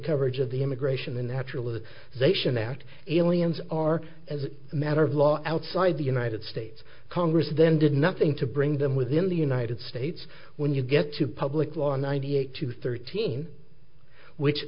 coverage of the immigration the natural zation act aliens are as a matter of law outside the united states congress then did nothing to bring them within the united states when you get to public law ninety eight to thirteen which